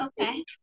Okay